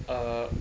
err